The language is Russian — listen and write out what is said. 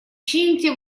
чините